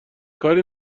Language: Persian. کاری